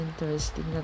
interesting